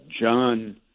John